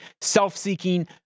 self-seeking